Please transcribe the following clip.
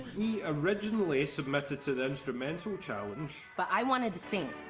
we originally submitted to the instrumental challenge. but i wanted to sing.